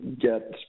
get